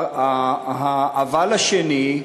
ה"אבל" השני: